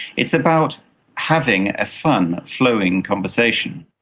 it's about having a fun, flowing conversation.